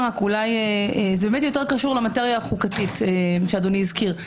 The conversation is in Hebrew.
זה יותר קשור למטריה החוקתית שאדוני הזכיר.